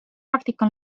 praktika